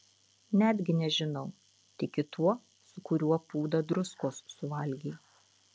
netgi nežinau tiki tuo su kuriuo pūdą druskos suvalgei